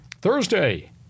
Thursday